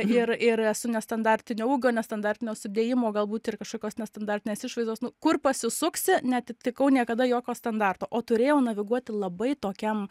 ir ir esu nestandartinio ūgio nestandartinio sudėjimo galbūt ir kažkokios nestandartinės išvaizdos nu kur pasisuksi neatitikau niekada jokio standarto o turėjau naviguoti labai tokiam